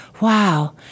Wow